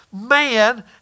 man